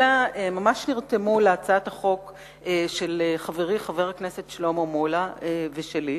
אלא ממש נרתמו להצעת החוק של חברי חבר הכנסת שלמה מולה ושלי,